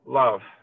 love